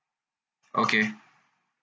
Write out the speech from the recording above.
okay